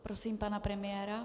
Prosím pana premiéra.